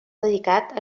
dedicat